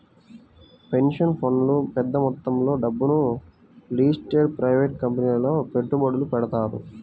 pension ఫండ్లు పెద్ద మొత్తంలో డబ్బును లిస్టెడ్ ప్రైవేట్ కంపెనీలలో పెట్టుబడులు పెడతారు